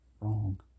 wrong